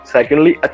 Secondly